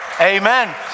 Amen